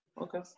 Okay